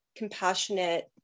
compassionate